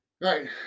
right